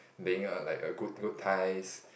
being a like a good good ties